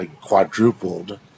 quadrupled